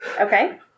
Okay